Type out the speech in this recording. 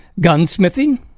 gunsmithing